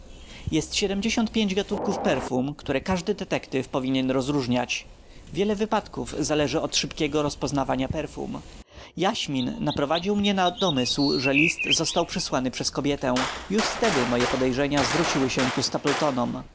jest siedemdziesiąt pięć gatunków perfum które każdy detektyw powinien rozróżniać wiele wypadków zależy od szybkiego poznawania perfum jaśmin naprowadził mnie na domysł że list został przesłany przez kobietę już wtedy moje podejrzenia zwróciły się ku